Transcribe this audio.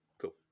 Cool